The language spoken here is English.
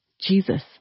Jesus